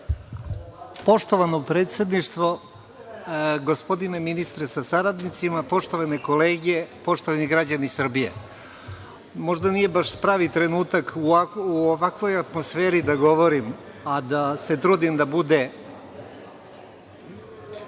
Poštovano predsedništvo, gospodine ministre sa saradnicima, poštovane kolege, poštovani građani Srbije, možda nije baš pravi trenutak u ovakvoj atmosferi da govorim, a da se trudim da budem